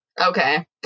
Okay